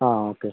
ആ ഓക്കെ